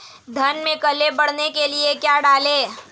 धान में कल्ले बढ़ाने के लिए क्या डालें?